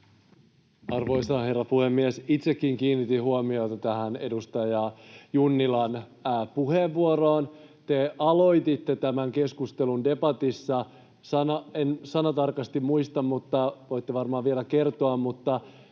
Arvoisa herra puhemies! Itsekin kiinnitin huomiota tähän edustaja Junnilan puheenvuoroon. Te aloititte tämän keskustelun debatissa — en sanatarkasti muista, mutta voitte varmaan vielä kertoa —